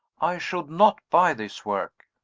i should not buy this work.